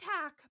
attack